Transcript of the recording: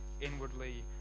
inwardly